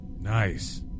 Nice